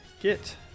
Get